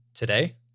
Today